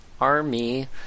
army